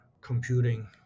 computing